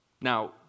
Now